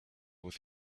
with